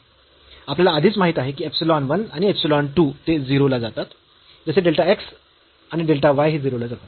आपल्याला आधीच माहीत आहे की इप्सिलॉन 1 आणि इप्सिलॉन 2 ते 0 ला जातात जसे डेल्टा x आणि डेल्टा y हे 0 ला जातात